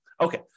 Okay